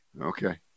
Okay